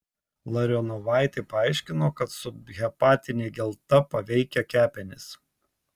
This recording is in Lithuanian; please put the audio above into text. larionovaitė paaiškino kad subhepatinė gelta paveikia kepenis